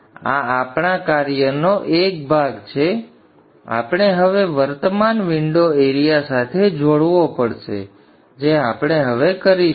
તેથી આ આપણા કાર્યનો એક ભાગ છે આપણે હવે વર્તમાનને વિંડો એરિયા સાથે જોડવો પડશે જે આપણે હવે કરીશું